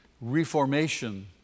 reformation